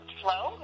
slow